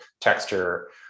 texture